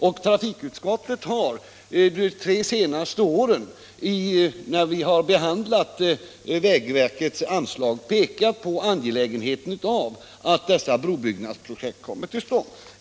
Också trafikutskottet har de tre senaste åren när vi behandlat vägverkets anslag påpekat hur angelägna dessa brobyggnadsprojekt är.